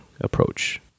approach